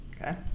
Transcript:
Okay